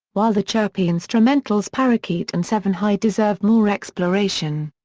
while the chirpy instrumentals parakeet and seven high deserve more exploration.